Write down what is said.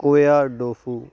ਸੋਇਆ tofu